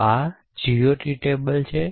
તો આ GOT table છે